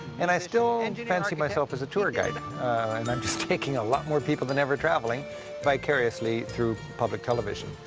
and i still and fancy myself as a tour guide, and i'm just taking a lot more people than ever traveling vicariously through public television.